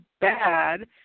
bad